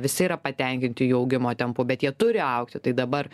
visi yra patenkinti jų augimo tempu bet jie turi augti tai dabar